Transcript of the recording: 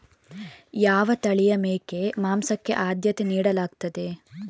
ಯಾವ ತಳಿಯ ಮೇಕೆ ಮಾಂಸಕ್ಕೆ ಆದ್ಯತೆ ನೀಡಲಾಗ್ತದೆ?